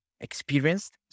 Experienced